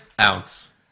ounce